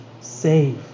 save